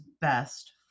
best